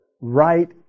right